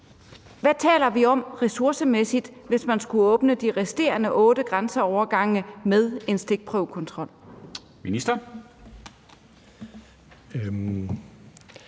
Hvad taler vi om ressourcemæssigt, hvis man skulle åbne de resterende otte grænseovergange med en stikprøvekontrol?